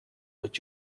with